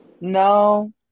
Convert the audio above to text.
no